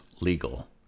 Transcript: legal